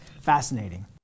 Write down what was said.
fascinating